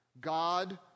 God